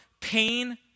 pain